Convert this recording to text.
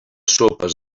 sopes